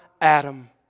Adam